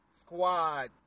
squad